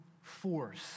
Force